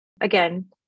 Again